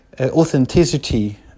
authenticity